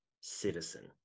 citizen